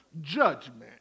judgment